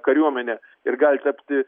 kariuomenę ir gali tapti